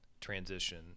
transition